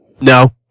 No